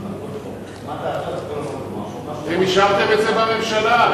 יטעה אותו, אתם אישרתם את זה בממשלה.